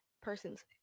person's